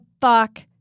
fuck